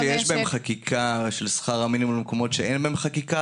ההבדל במקומות שיש בהם חקיקה של שכר המינימום למקומות שאין בהם חקיקה